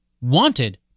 wanted